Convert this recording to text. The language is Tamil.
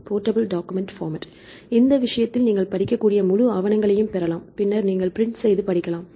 போர்ட்டபிள் டாக்குமெண்ட் பார்மட் இந்த விஷயத்தில் நீங்கள் படிக்கக்கூடிய முழு ஆவணங்களையும் பெறலாம் பின்னர் நீங்கள் பிரிண்ட் செய்து படிக்கலாம்